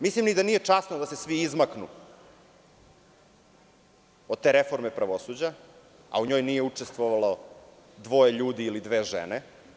Mislim i da nije časno da se svi izmaknu od te reforme pravosuđa, a u njoj nije učestvovalo dvoje ljudi ili dve žene.